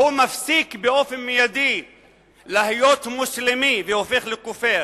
הוא מפסיק באופן מיידי להיות מוסלמי והופך לכופר.